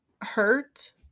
hurt